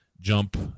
jump